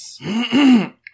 Yes